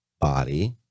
body